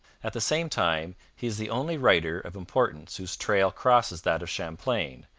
at the same time, he is the only writer of importance whose trail crosses that of champlain,